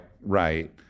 right